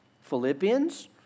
Philippians